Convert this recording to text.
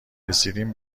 رسیدین